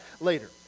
later